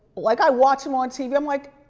like i watch him on tv, i'm like,